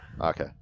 Okay